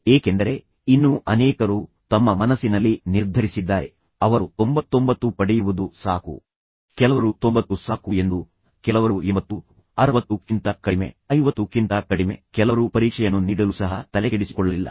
ಏಕೆಂದರೆ ಇನ್ನೂ ಅನೇಕರು ತಮ್ಮ ಮನಸ್ಸಿನಲ್ಲಿ ನಿರ್ಧರಿಸಿದ್ದಾರೆ ಅವರು 99 ಪಡೆಯುವುದು ಸಾಕು ಕೆಲವರು 90 ಸಾಕು ಎಂದು ಭಾವಿಸಿದರು ಕೆಲವರು 80 ಸಾಕು ಎಂದು ಭಾವಿಸಿದರು ಕೆಲವರು 60 ಕ್ಕಿಂತ ಕಡಿಮೆ 50 ಕ್ಕಿಂತ ಕಡಿಮೆ ಕೆಲವರು ಪರೀಕ್ಷೆಯನ್ನು ನೀಡಲು ಸಹ ತಲೆಕೆಡಿಸಿಕೊಳ್ಳಲಿಲ್ಲ